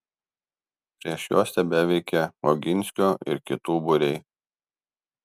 prieš juos tebeveikė oginskio ir kitų būriai